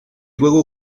luego